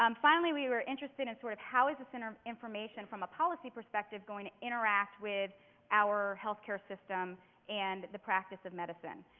um finally, we were interested in sort of how is this um information from a policy perspective going to interact with our health care system and the practice of medicine?